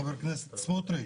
ח"כ סמוטריץ',